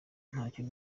ntacyo